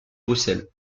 bruxelles